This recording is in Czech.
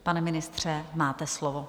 Pane ministře, máte slovo.